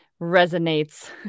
resonates